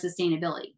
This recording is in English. sustainability